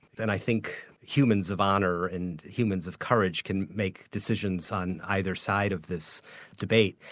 and i think humans of honour and humans of courage can make decisions on either side of this debate.